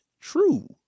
true